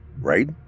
right